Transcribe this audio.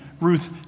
Ruth